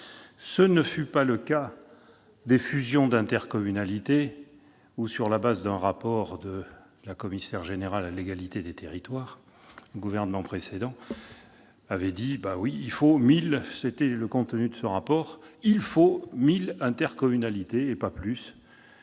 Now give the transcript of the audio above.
Tel ne fut pas le cas avec les fusions d'intercommunalités, lorsque, sur la base d'un rapport d'un commissaire général à l'égalité des territoires, le gouvernement précédent décida qu'il fallait 1 000 intercommunalités, et pas plus,